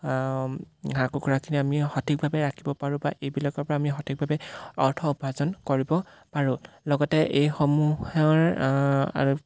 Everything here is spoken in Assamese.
হাঁহ কুকুৰাখিনি আমি সঠিকভাৱে ৰাখিব পাৰোঁ বা এইবিলাকৰপৰা আমি সঠিকভাৱে অৰ্থ উপাৰ্জন কৰিব পাৰোঁ লগতে এইসমূহৰ